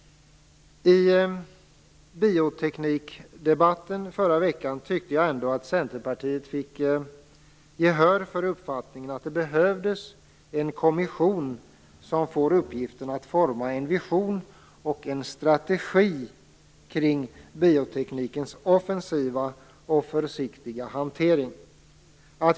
I bioteknikdebatten förra veckan tyckte jag ändå att Centerpartiet fick gehör för uppfattningen att det behövs en kommission som får uppgiften att forma en vision och en strategi kring bioteknikens offensiva och försiktiga hantering.